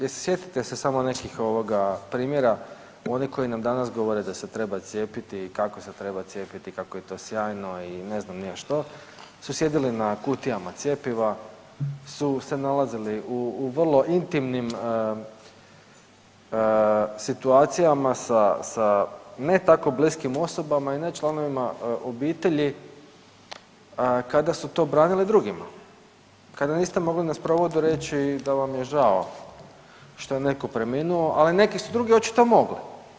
Mislim sjetite se samo nekih primjera oni koji nam danas govore da se treba cijepiti i kako se treba cijepiti i kako je to sjajno i ne znam ni ja što su sjedili na kutijama cjepiva, su se nalazili u vrlo intimnim situacijama sa ne tako bliskim osobama i ne članovima obitelji, kada su to branili drugima, kada niste mogli na sprovodu reći da vam je žao što je neko preminuo, ali neki drugi su očito mogli.